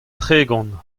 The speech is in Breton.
tregont